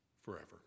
forever